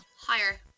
higher